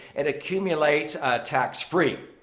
it accumulates tax-free.